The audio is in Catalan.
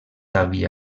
havia